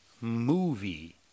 movie